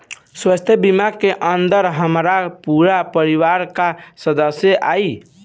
स्वास्थ्य बीमा के अंदर हमार पूरा परिवार का सदस्य आई?